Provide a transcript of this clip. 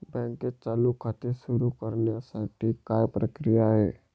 बँकेत चालू खाते सुरु करण्यासाठी काय प्रक्रिया आहे?